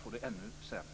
får det ännu sämre.